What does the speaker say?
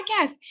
podcast